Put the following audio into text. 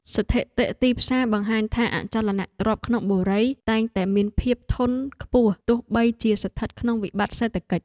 ស្ថិតិទីផ្សារបង្ហាញថាអចលនទ្រព្យក្នុងបុរីតែងតែមានភាពធន់ខ្ពស់ទោះបីជាស្ថិតក្នុងវិបត្តិសេដ្ឋកិច្ច។